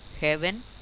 Heaven